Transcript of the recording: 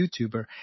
youtuber